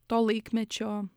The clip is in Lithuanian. to laikmečio